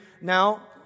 Now